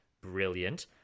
brilliant